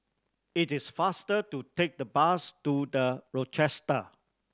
it is faster to take the bus to The Rochester